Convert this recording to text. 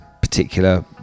particular